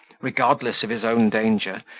regardless of his own danger,